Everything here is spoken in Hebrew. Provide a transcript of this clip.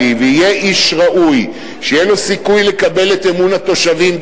ויהיה איש ראוי שיהיה לו סיכוי לקבל את אמון התושבים,